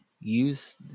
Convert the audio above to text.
use